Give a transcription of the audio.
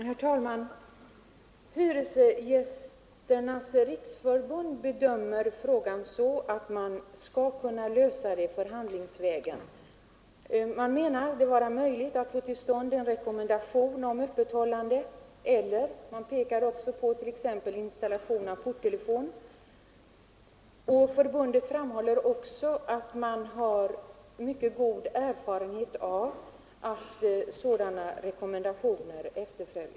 Herr talman! Hyresgästernas riksförbund bedömer frågan så att man skall kunna lösa den förhandlingsvägen. Man menar att det är möjligt att få till stånd en rekommendation om öppethållande, och man pekar också på möjligheten att installera porttelefon. Förbundet framhåller att man har mycket god erfarenhet av att sådana rekommendationer efterföljs.